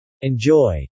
Enjoy